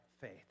faith